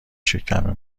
شکم